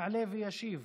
יעלה וישיב